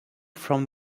from